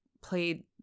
played